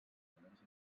indicadors